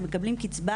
הם מקבלים קצבה,